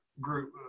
group